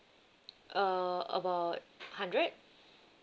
uh about hundred